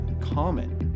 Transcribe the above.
common